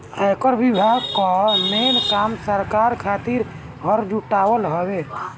आयकर विभाग कअ मेन काम सरकार खातिर कर जुटावल हवे